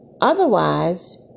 Otherwise